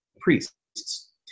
priests